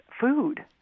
food